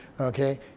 Okay